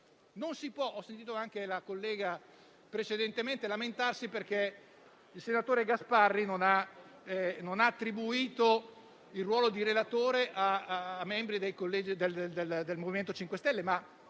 collega lamentarsi perché il senatore Gasparri non ha attribuito il ruolo di relatore a membri del MoVimento 5 Stelle.